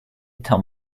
until